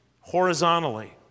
horizontally